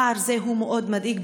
פער זה הוא מאוד מדאיג,